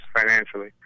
financially